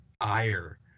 ire